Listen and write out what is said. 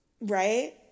Right